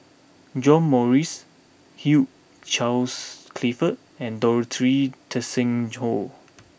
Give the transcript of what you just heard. John Morrice Hugh Charles Clifford and Dorothy Tessensohn